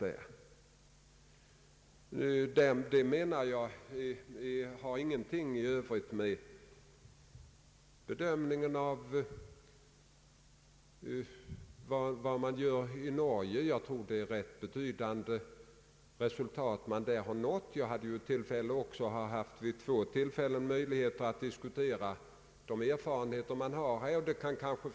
Detta har ingenting i övrigt att göra med bedömningen av vad som görs i Norge, och jag tror att ganska betydande resultat har uppnåtts där. Jag har vid två tillfällen haft möjlighet att diskutera de erfarenheter man har gjort i grannlandet.